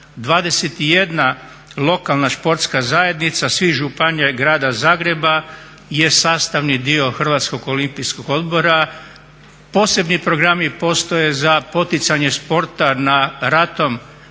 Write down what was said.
21 lokalna športska zajednica svih županija i Grada Zagreba je sastavni dio HOO-a. Posebni programi postoje za poticanje sporta na ratom